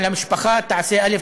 על המשפחה: תעשה א',